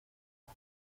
las